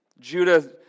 Judah